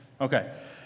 Okay